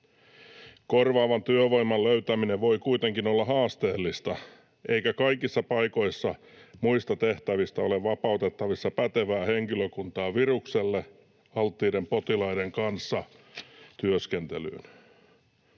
Korvaavan työvoiman löytäminen voi kuitenkin olla haasteellista, eikä kaikissa paikoissa muista tehtävistä ole vapautettavissa pätevää henkilökuntaa virukselle alttiiden potilaiden kanssa työskentelyyn.